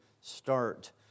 start